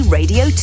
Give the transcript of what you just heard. Radio